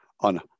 on